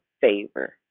favor